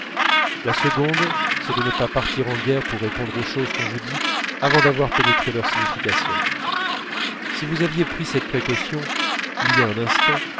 la seconde c'est de ne pas partir en guerre pour répondre aux choses qu'on vous dit avant d'avoir pénétré leur signification si vous aviez pris cette précaution il y a un instant